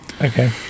okay